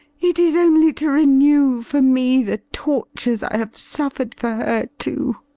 it is only to renew for me the tortures i have suffered for her too.